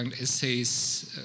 Essays